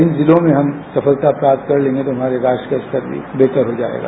इन्हीं जिलों में हम सफलता प्राप्त कर लेंगे तो हमारे राष्ट्र का स्तर भी बेहतर हो जायेगा